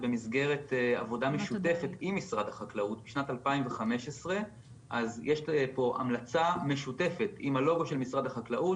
זה במסגרת עבודה משותפת עם משרד החקלאות משנת 2015. יש פה המלצה משותפת עם הלוגו של משרד החקלאות,